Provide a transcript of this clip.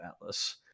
Atlas